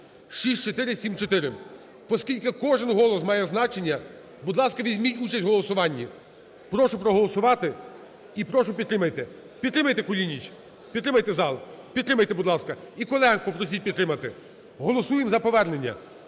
6474. Поскільки кожен голос має значення, будь ласка, візьміть участь в голосуванні. Прошу проголосувати і прошу підтримайте. Підтримайте, Кулініч. Підтримайте зал. Підтримайте, будь ласка, і колег попросіть підтримати. Голосуємо за повернення.